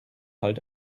halt